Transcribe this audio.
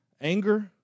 anger